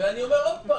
ואני אומר עוד פעם: